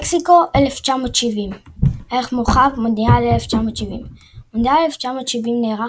מקסיקו 1970 ערך מורחב – מונדיאל 1970 מונדיאל 1970 נערך